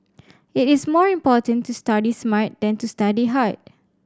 it is more important to study smart than to study hard